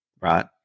right